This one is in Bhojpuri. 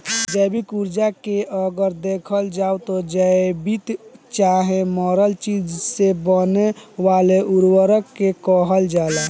जैविक उर्वरक के अगर देखल जाव त जीवित चाहे मरल चीज से बने वाला उर्वरक के कहल जाला